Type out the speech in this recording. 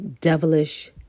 devilish